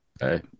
Hey